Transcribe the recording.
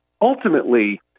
Ultimately